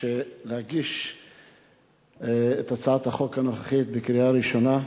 להגיש את הצעת החוק הנוכחית לקריאה ראשונה.